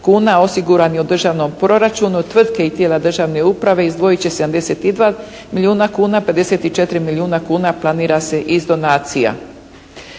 kuna osigurani su u državnom proračunu, tvrtke i tijela državne uprave izdvojit će 72 milijuna kuna, 54 milijuna kuna planira se iz donacija.